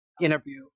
interview